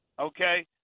Okay